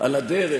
על הדרך,